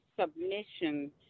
submission